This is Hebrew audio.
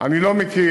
אני לא מכיר,